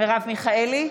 מרב מיכאלי,